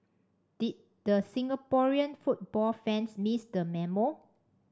did the Singaporean football fans miss the memo